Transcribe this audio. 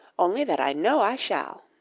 only that i know i shall.